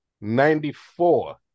ninety-four